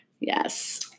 Yes